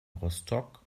rostock